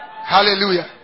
Hallelujah